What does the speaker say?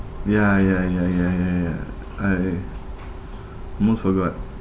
ya ya ya ya ya I almost forgot